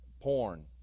Porn